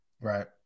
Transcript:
Right